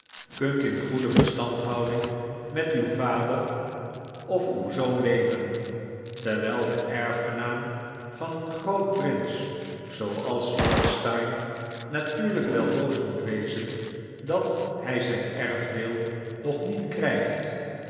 kunt in goede verstandhouding met uw vader of uw zoon leven terwijl de erfgenaam van een groot prins zooals lord steyne natuurlijk wel boos moet wezen dat hij zijn erfdeel nog niet krijgt